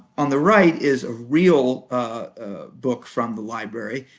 on the right is a real book from the library.